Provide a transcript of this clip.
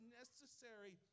necessary